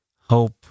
hope